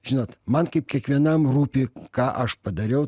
žinot man kaip kiekvienam rūpi ką aš padariau